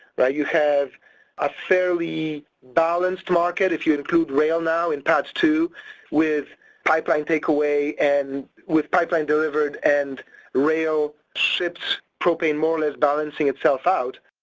right, you have a fairly balanced market if you include rail now in padd two with pipeline takeaway and with pipeline delivered and rail ships propane more or less balancing itself out.